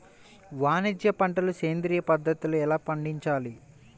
వాణిజ్య పంటలు సేంద్రియ పద్ధతిలో ఎలా పండించాలి?